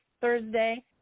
Thursday